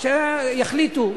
שיחליטו.